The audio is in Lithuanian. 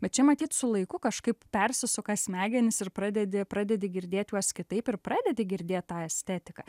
bet čia matyt su laiku kažkaip persisuka smegenys ir pradedi pradedi girdėt juos kitaip ir pradedi girdėt tą estetiką